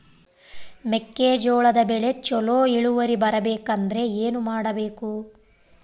ಮೆಕ್ಕೆಜೋಳದ ಬೆಳೆ ಚೊಲೊ ಇಳುವರಿ ಬರಬೇಕಂದ್ರೆ ಏನು ಮಾಡಬೇಕು?